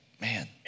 Man